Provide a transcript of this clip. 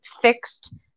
fixed